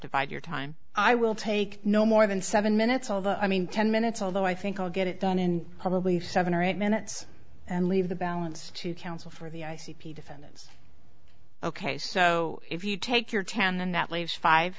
divide your time i will take no more than seven minutes although i mean ten minutes although i think i'll get it done in probably seven or eight minutes and leave the balance to counsel for the i c p defendants ok so if you take your ten and that leaves five